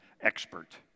expert